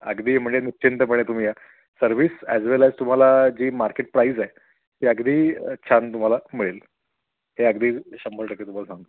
अगदी म्हणजे निश्चिंतपणे तुम्ही या सर्विस ॲज वेल ॲज तुम्हाला जी मार्केट प्राईज आहे ती अगदी छान तुम्हाला मिळेल हे अगदी शंभर टक्के तुम्हाला सांगो